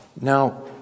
Now